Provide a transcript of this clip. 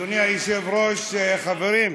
אדוני היושב-ראש, חברים,